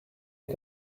you